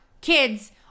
kids